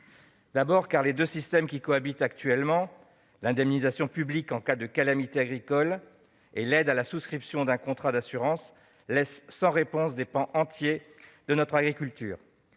de souffle. Les deux systèmes qui cohabitent actuellement- indemnisation publique en cas de calamité agricole et aide à la souscription d'un contrat d'assurance -laissent sans réponse des pans entiers de notre agriculture.